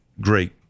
great